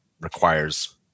requires